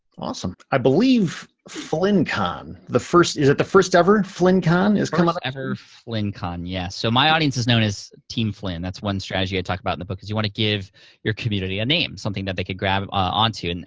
awesome! i believe flynncon, the first, is it the first ever flynncon is coming ever flynncon, yes. so my audience is known as team flynn. that's one strategy i talk about in the book is you wanna give your community a name, something that they can grab onto. and